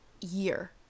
year